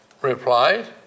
replied